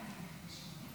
הכנסת,